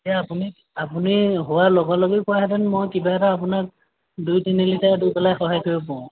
তেতিয়া আপুনি আপুনি হোৱাৰ লগে লগে কোৱাহেঁতেন মই কিবা এটা আপোনাক দুই তিনি লিটাৰ দি পেলাই সহায় কৰিব পাৰোঁ